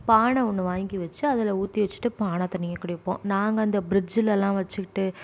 பானை ஒன்று வாங்கி வச்சு அதில் ஊற்றி வச்சுட்டு பானை தண்ணியை குடிப்போம் நாங்கள் அந்த பிரிட்ஜ்லெலாம் வச்சுகிட்டு